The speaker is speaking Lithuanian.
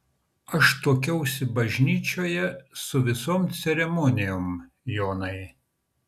aš tuokiausi bažnyčioje su visom ceremonijom jonai